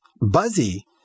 buzzy